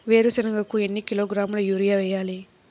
వేరుశనగకు ఎన్ని కిలోగ్రాముల యూరియా వేయాలి?